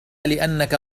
لأنك